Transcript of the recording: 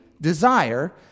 desire